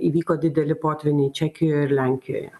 įvyko dideli potvyniai čekijoje ir lenkijoje